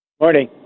Morning